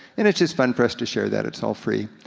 and it's just fun for us to share that, it's all free.